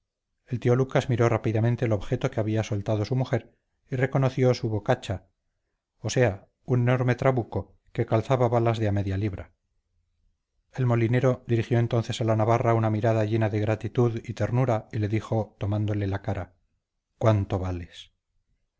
el tío lucas miró rápidamente al objeto que había soltado su mujer y reconoció su bocacha o sea un enorme trabuco que calzaba balas de a media libra el molinero dirigió entonces a la navarra una mirada llena de gratitud y ternura y le dijo tomándole la cara cuánto vales